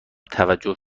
توجه